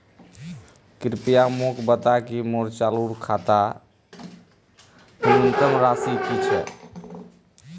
कृपया मोक बता कि मोर चालू खातार न्यूनतम राशि की छे